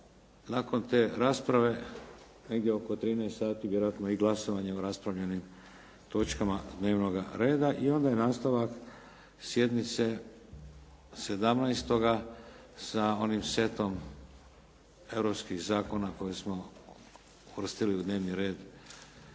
Nakon te rasprave negdje oko 13 sati vjerojatno bi glasovali o raspravljenim točkama dnevnoga reda i onda je nastavak sjednice 17. sa onim setom europskih zakona koje smo uvrstili u dnevni red